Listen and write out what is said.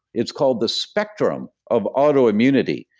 it's called the spectrum of autoimmunity.